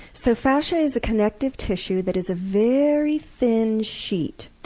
so, fascia is a connective tissue that is a very thin sheet.